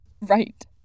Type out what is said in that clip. Right